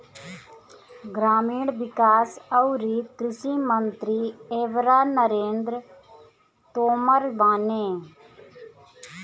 ग्रामीण विकास अउरी कृषि मंत्री एबेरा नरेंद्र तोमर बाने